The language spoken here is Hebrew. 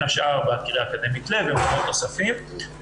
השאר בקריה האקדמית לב ובמקומות נוספים,